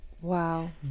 Wow